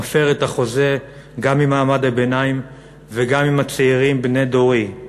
מפר את החוזה גם עם מעמד הביניים וגם עם הצעירים בני דורי.